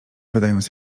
wydając